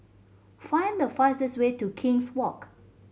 find the fastest way to King's Walk